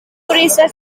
research